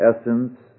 essence